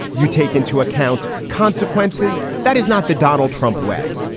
you take into account consequences. that is not the donald trump way.